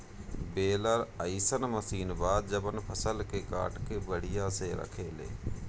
baler अइसन machine बा जवन फसल के काट के बढ़िया से रखेले